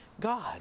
God